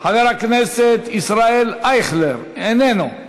חבר הכנסת ישראל אייכלר, איננו.